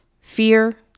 Fear